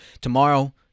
tomorrow